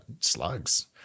slugs